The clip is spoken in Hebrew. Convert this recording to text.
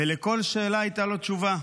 ועל כל שאלה הייתה לו תשובה.